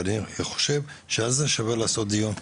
אני חושב שעל זה שווה לעשות דיון.